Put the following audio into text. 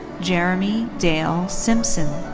jeremy dale simpson.